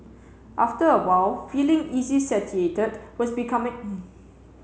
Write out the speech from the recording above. after a while feeling easily satiated was becoming